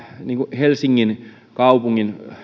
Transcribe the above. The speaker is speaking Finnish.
helsingin kaupungin